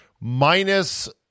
minus